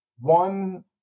one